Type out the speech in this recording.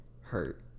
hurt